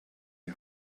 die